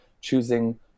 choosing